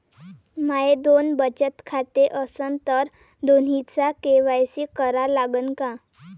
माये दोन बचत खाते असन तर दोन्हीचा के.वाय.सी करा लागन का?